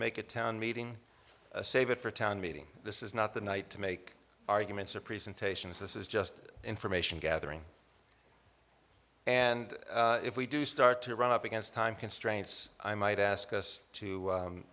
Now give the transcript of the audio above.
make a town meeting save it for a town meeting this is not the night to make arguments or presentations this is just information gathering and if we do start to run up against time constraints i might ask us to